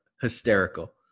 hysterical